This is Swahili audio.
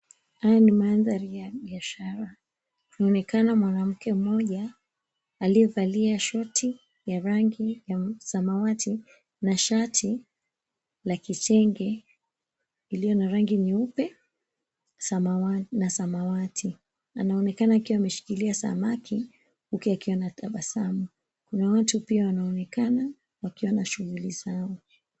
Haya ni mandhari ya biashara. Kunaonekana mwanamke mmoja aliyevalia shoti ya rangi ya samawati na shati la kitenge iliyo na rangi nyeupe na samawati. Anaonekana akiwa ameshikilia samaki huku akiwa na tabasamu. Kuna watu pia wanaonekana wakiwa na shughuli zao.